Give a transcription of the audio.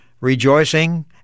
rejoicing